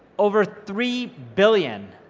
over three billion,